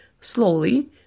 slowly